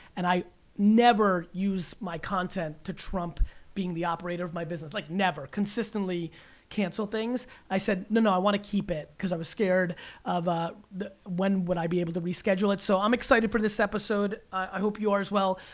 and i never use my content to trump being the operator of my business. like never, consistently cancel things. i said, no, no, i wanna keep it, cause i'm scared of ah when would i be able to reschedule it. so, i'm excited for this episode. i hope you are as well.